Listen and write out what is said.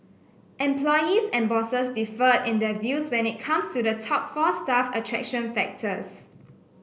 employees and bosses differed in their views when it comes to the top four staff attraction factors